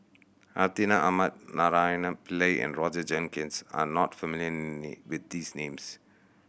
Hartinah Ahmad Naraina Pillai and Roger Jenkins are not familiar with these names